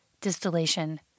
distillation